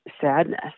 sadness